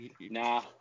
Nah